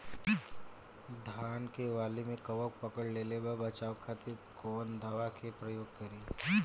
धान के वाली में कवक पकड़ लेले बा बचाव खातिर कोवन दावा के प्रयोग करी?